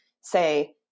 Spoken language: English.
say